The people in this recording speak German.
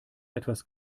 etwas